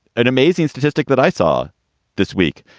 an amazing statistic that i saw this week,